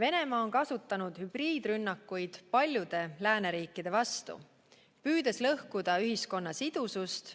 Venemaa on kasutanud hübriidrünnakuid paljude lääneriikide vastu, püüdes lõhkuda ühiskonna sidusust